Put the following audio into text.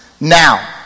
now